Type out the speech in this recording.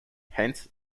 hence